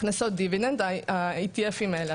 הכנסות דיבידנד ה-ETF האלה,